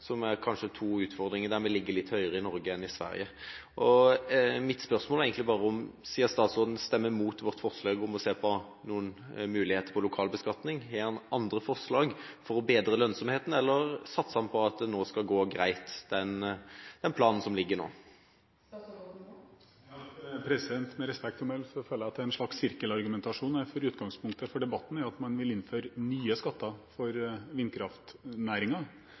to utfordringer der vi kanskje ligger litt høyere i Norge enn i Sverige. Mitt spørsmål er egentlig bare – siden statsråden stemmer mot vårt forslag om å se på noen mulighet for lokal beskatning – om han har andre forslag for å bedre lønnsomheten, eller satser han på at det nå skal gå greit med den planen som foreligger? Med respekt å melde føler jeg at det er en slags sirkelargumentasjon her. Utgangspunktet for debatten er at man vil innføre nye skatter for